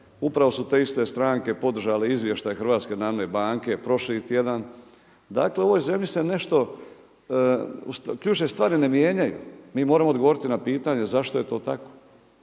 Upravo su te iste stranke podržale izvještaj Hrvatske narodne banke prošli tjedan. Dakle, u ovoj zemlji se nešto, ključne stvari ne mijenjaju. Mi moramo odgovoriti na pitanje zašto je to tako.